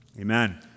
Amen